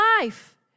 life